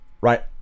right